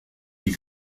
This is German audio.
die